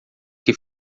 que